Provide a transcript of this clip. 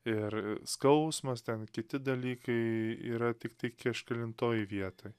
ir skausmas ten kiti dalykai yra tiktai kažkelintoj vietoj